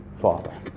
Father